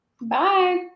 Bye